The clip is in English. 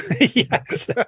Yes